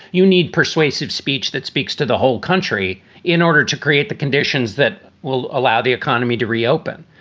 you need persuasive speech that speaks to the whole country in order to create the conditions that will allow the economy to reopen.